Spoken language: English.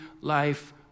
life